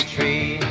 Tree